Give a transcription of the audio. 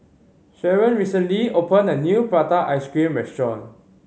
Sheron recently opened a new prata ice cream restaurant